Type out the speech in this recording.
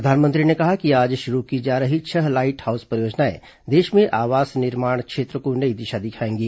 प्रधानमंत्री ने कहा कि आज शुरू की जा रही छह लाइट हाउस परियोजनाएं देश में आवास निर्माण क्षेत्र को नई दिशा दिखाएंगी